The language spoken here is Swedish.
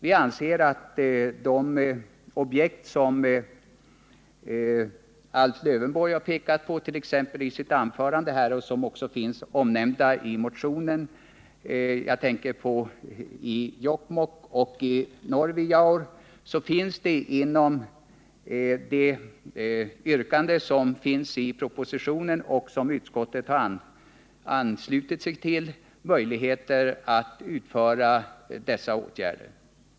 Alf Lövenborg har i sitt anförande pekat på några objekt som också finns omnämnda motionsvis — jag tänker på förslagen beträffande Jokkmokks kommun och särskilt Norvijaur. Men inom ramen för de förslag som finns i propositionen och som utskottet anslutit sig till finns det möjligheter att vidta de aktuella åtgärderna.